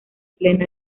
plena